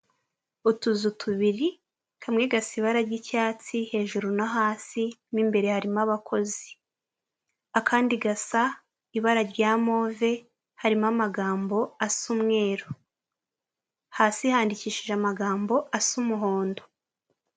Utuzu tubiri kamwe gasa ibara ry'icyatsi hejuru na hasi mo imbere harimo abakozi, akandi gasa ibara rya move harimo amagambo asa umweru hasi yandikishije amagambo asa umuhondo.